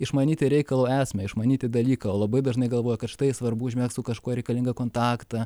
išmanyti reikalo esmę išmanyti dalyką labai dažnai galvoja kad štai svarbu užmegzt su kažkuo reikalingą kontaktą